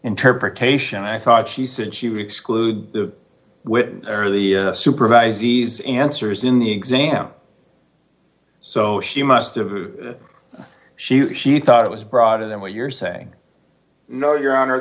interpretation i thought she said she would exclude the early supervised these answers in the exam so she must've she she thought it was broader than what you're saying no your honor